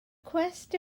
cwest